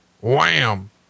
wham